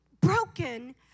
broken